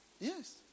Yes